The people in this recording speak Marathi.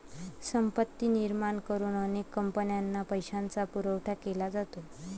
संपत्ती निर्माण करून अनेक कंपन्यांना पैशाचा पुरवठा केला जातो